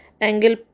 Angle